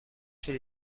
chez